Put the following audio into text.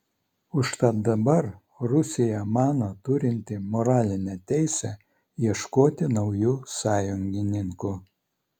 užtat dabar rusija mano turinti moralinę teisę ieškoti naujų sąjungininkų